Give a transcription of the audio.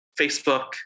Facebook